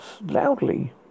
loudly